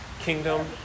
kingdom